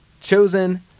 chosen